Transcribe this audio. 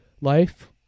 life